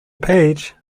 page